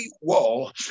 wall